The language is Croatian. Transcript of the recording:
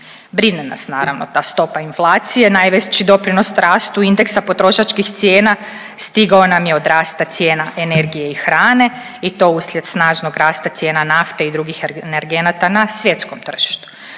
Brine nas naravno ta stopa inflacije. Najveći doprinos rastu indeksa potrošačkih cijena stigao nam je od rasta cijena energije i hrane i to uslijed snažnog rasta cijena nafte i energenata na svjetskom tržištu.